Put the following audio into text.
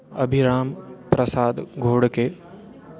अभिरामः प्रसादः घोड्के